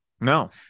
No